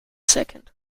second